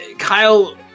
Kyle